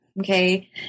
okay